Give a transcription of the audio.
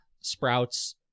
sprouts